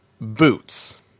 boots